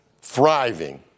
thriving